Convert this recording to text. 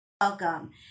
welcome